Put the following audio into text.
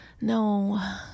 No